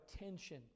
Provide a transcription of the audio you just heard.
attention